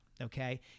okay